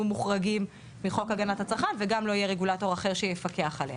מוחרגים מחוק הגנת הצרכן וגם לא יהיה רגולטור אחר שהוא יפקח עליו.